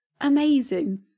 amazing